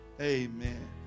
amen